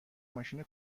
ماشین